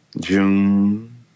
June